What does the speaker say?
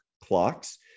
clocks